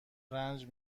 رنج